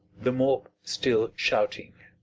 the mob still shouting.